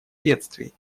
бедствий